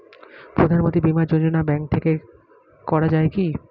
প্রধানমন্ত্রী বিমা যোজনা ব্যাংক থেকে করা যায় কি?